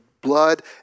blood